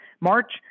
March